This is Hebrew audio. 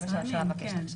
זה מה שאתה מבקש עכשיו.